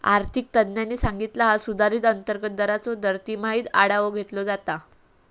आर्थिक तज्ञांनी सांगितला हा सुधारित अंतर्गत दराचो दर तिमाहीत आढावो घेतलो जाता